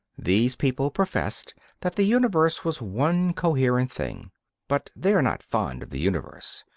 these people professed that the universe was one coherent thing but they were not fond of the universe.